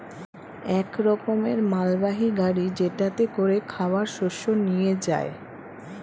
এক রকমের মালবাহী গাড়ি যেটাতে করে খাবার শস্য নিয়ে যায়